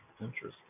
Interesting